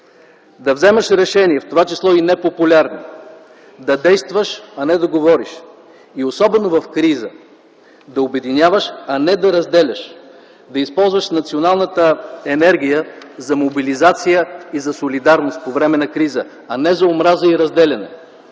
да вземаш решения, в това число и непопулярни; да действаш, а не да говориш; и особено в криза да обединяваш, а не да разделяш; да използваш националната енергия за мобилизация и за солидарност по време на криза, а не за омраза и разделяне.